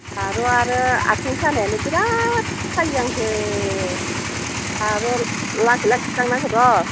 आरो आरो आइथिं सानायानो बेराद सायो आंखौ आरो लासै लासै थांनांगोन र'